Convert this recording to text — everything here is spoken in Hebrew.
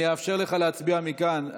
אני אאפשר לך להצביע מכאן,